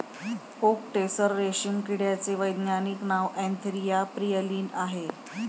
okay tasar रेशीम किड्याचे वैज्ञानिक नाव अँथेरिया प्रियलीन आहे